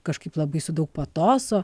kažkaip labai su daug patoso